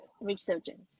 resurgence